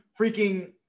freaking